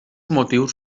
motius